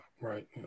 right